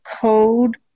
code